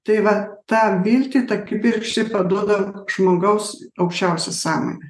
tai va tą viltį tą kibirkštį paduoda žmogaus aukščiausia sąmonė